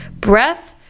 breath